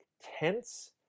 tense